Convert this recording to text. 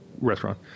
restaurant